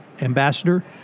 ambassador